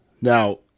Now